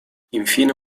infine